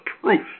proof